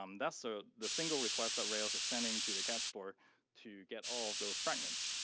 um that's so the single request that rails is sending to the cache store to get all those fragments.